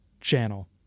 channel